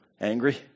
angry